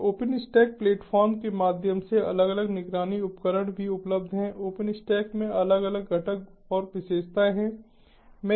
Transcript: और OpenStack platform के माध्यम से अलग अलग निगरानी उपकरण भी उपलब्ध हैं ओपनस्टैक में अलग अलग घटक और विशेषताएं हैं